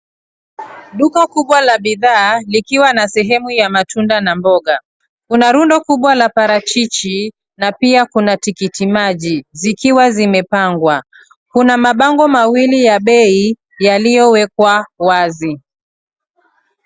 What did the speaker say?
Duka kubwa la bidhaa, likiwa na sehemu ya matunda na mboga. Kuna rundo kubwa la parachichi, na pia kuna tikitimaji zikiwa zimepangwa. Kuna mabango mawili ya bei, yaliyowekwa wazi.